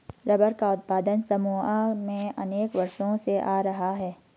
rubber का उत्पादन Samoa में अनेक वर्षों से हो रहा है